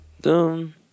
dum